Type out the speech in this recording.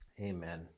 Amen